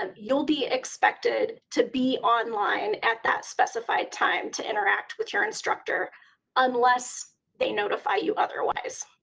um you'll be expected to be on line at that specified time to interact with your instructor unless they notify you otherwise.